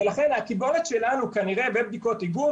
ולכן הקיבולת שלנו כנראה בבדיקות איגום,